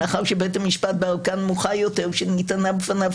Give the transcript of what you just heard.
מאחר שבית המשפט בערכאה נמוכה יותר שנטענה בפניו